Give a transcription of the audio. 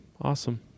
awesome